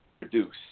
produce